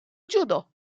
judo